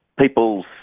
people's